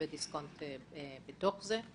כשדיסקונט בתוך זה,